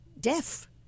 deaf